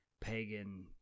pagan